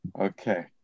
Okay